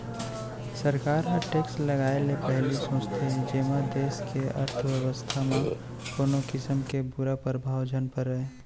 सरकार ह टेक्स लगाए ले पहिली सोचथे जेमा देस के अर्थबेवस्था म कोनो किसम के बुरा परभाव झन परय